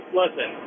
listen